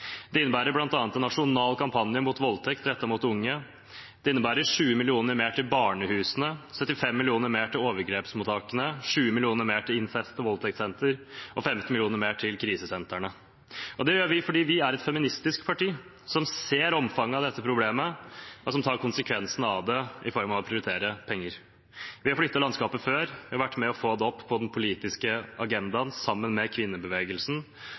Det innebærer bl.a. en nasjonal kampanje mot voldtekt rettet mot unge, det innebærer 20 mill. kr mer til barnehusene, 75 mill. kr mer til overgrepsmottakene, 20 mill. kr mer til incest- og voldtektsentre og 15 mill. kr mer til krisesentrene. Det gjør vi fordi vi er et feministisk parti, som ser omfanget av dette problemet, og som tar konsekvensen av det i form av å prioritere penger. Vi har flyttet landskapet før. Vi har vært med på å få det opp på den politiske agendaen sammen med kvinnebevegelsen.